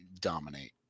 dominate